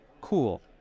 cool